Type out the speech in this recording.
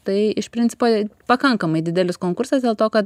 tai iš principo pakankamai didelis konkursas dėl to kad